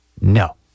no